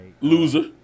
Loser